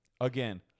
again